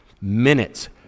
Minutes